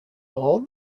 all